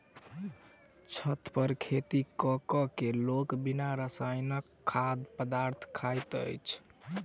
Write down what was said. छत पर खेती क क लोक बिन रसायनक खाद्य पदार्थ खाइत अछि